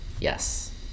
Yes